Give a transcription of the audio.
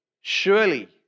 Surely